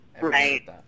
right